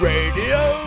Radio